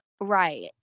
Right